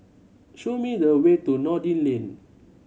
show me the way to Noordin Lane